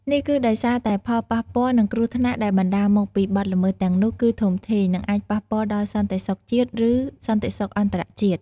នេះគឺដោយសារតែផលប៉ះពាល់ និងគ្រោះថ្នាក់ដែលបណ្តាលមកពីបទល្មើសទាំងនោះគឺធំធេង និងអាចប៉ះពាល់ដល់សន្តិសុខជាតិ ឬសន្តិសុខអន្តរជាតិ។